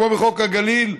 כמו בחוק הגליל,